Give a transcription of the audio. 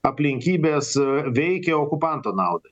aplinkybės veikė okupanto naudai